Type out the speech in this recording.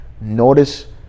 notice